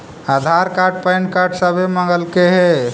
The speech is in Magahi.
आधार कार्ड पैन कार्ड सभे मगलके हे?